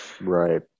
right